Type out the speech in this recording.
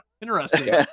interesting